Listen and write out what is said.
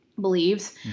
believes